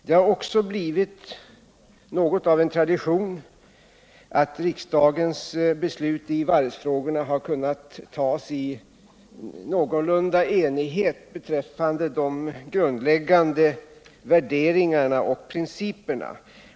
Det har också blivit något av en tradition att riksdagens beslut i varvsfrågorna har kunnat tas i någorlunda enighet beträffande de grundläggande värderingarna och principerna.